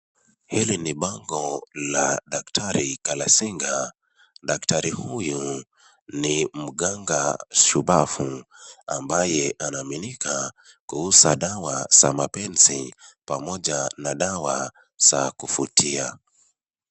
Hili ni bango la daktari Galazinga, daktari huyu ni mganga shubafu ambaye anaaminika kuuza dawa za mapenzi, pamoja na dawa za kuvutia.